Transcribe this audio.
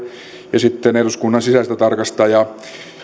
ja sitten eduskunnan sisäistä tarkastajaa